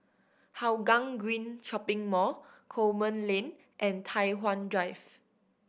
Hougang Green Shopping Mall Coleman Lane and Tai Hwan Drive